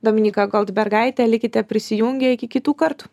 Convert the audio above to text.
dominyka goldbergaitė likite prisijungę iki kitų kartų